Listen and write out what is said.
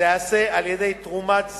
תיעשה על-ידי תרומת זרע,